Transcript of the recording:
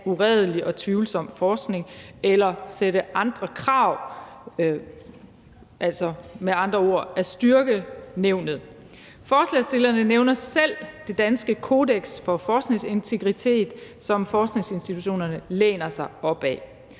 uredelig og tvivlsom forskning, eller sætte andre krav – med andre ord altså at styrke nævnet. Forslagsstillerne nævner selv det danske kodeks for forskningsintegritet, som forskningsinstitutionerne læner sig op ad.